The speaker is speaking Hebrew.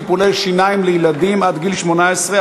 טיפולי שיניים לילדים עד גיל 18),